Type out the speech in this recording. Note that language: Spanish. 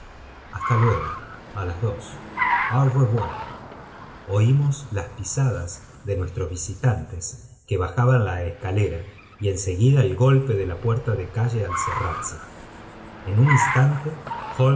hasta luego á las dos au revoir oímos las pisadas de nuestros visitantes que bajaban la escalera y en seguida el golpe de la puerta de calle al cerrarse en un instante